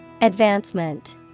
Advancement